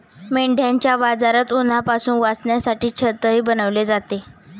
मेंढ्यांच्या बाजारात उन्हापासून वाचण्यासाठी छतही बनवले जाते